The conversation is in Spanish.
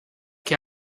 que